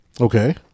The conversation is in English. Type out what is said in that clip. Okay